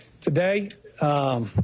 Today